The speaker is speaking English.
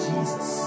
Jesus